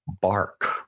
Bark